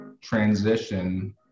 transition